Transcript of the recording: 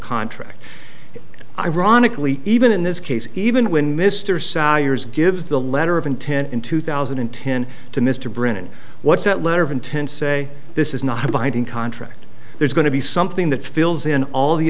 contract ironically even in this case even when mr sal years gives the letter of intent in two thousand and ten to mr brennan what's that letter of intent say this is not a binding contract there's going to be something that fills in all the